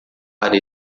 para